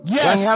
Yes